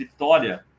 Vitória